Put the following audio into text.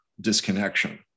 disconnection